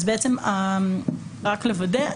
רק לוודא.